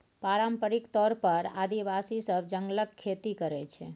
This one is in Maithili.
पारंपरिक तौर पर आदिवासी सब जंगलक खेती करय छै